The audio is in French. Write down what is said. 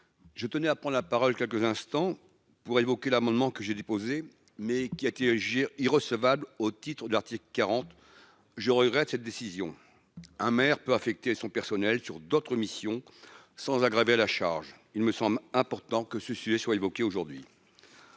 Je tenais à prendre la parole quelques instants pour évoquer l'amendement que j'ai déposé mais qui a tiré. Irrecevables au titre de l'article 40. Je regrette cette décision. Un maire peut affecter son personnel sur d'autres missions sans aggraver la charge. Il me semble important que ce sujet soit évoqué aujourd'hui.